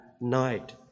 night